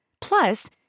plus